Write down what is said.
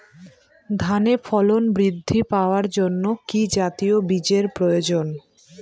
ধানে ফলন বৃদ্ধি পাওয়ার জন্য কি জাতীয় বীজের প্রয়োজন?